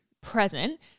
present